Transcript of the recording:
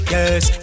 Yes